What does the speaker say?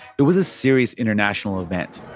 it was a serious international event